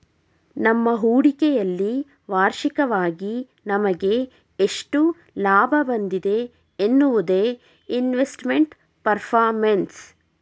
ನಮ್ಮ ಹೂಡಿಕೆಯಲ್ಲಿ ವಾರ್ಷಿಕವಾಗಿ ನಮಗೆ ಎಷ್ಟು ಲಾಭ ಬಂದಿದೆ ಎನ್ನುವುದೇ ಇನ್ವೆಸ್ಟ್ಮೆಂಟ್ ಪರ್ಫಾರ್ಮೆನ್ಸ್